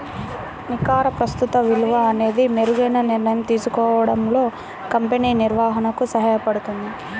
నికర ప్రస్తుత విలువ అనేది మెరుగైన నిర్ణయం తీసుకోవడంలో కంపెనీ నిర్వహణకు సహాయపడుతుంది